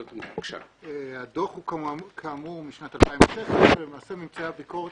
כאמור הדוח הוא משנת 2016 ולמעשה ממצאי הביקורת